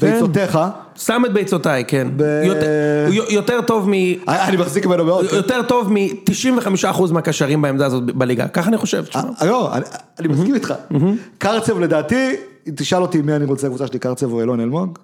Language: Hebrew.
ביצותיך. שם את ביצותיי, כן. ב... הוא יותר טוב מ... אני מחזיק בנו מאוד. הוא יותר טוב מ-95 אחוז מהקשרים בעמדה הזאת בליגה. ככה אני חושב, תשמע. לא, אני מסכים איתך. קרצב, לדעתי, אם תשאל אותי מי אני רוצה בקבוצה שלי, קרצב או אילון אלמונג,